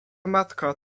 matka